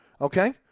Okay